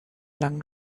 langen